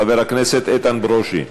חבר הכנסת איתן ברושי.